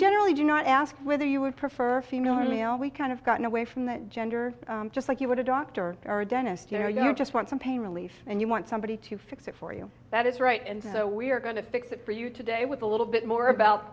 generally do not ask whether you would prefer a female or male we kind of gotten away from that gender just like you would a doctor or a dentist you know you just want some pain relief and you want somebody to fix it for you that is right and we're going to fix it for you today with a little bit more about